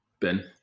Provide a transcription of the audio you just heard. ben